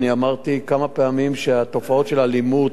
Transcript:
אני אמרתי כמה פעמים שהתופעות של האלימות,